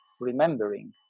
remembering